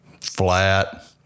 flat